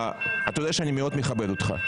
אתה יודע שאני מאוד מכבד אותך.